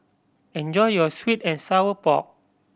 enjoy your sweet and sour pork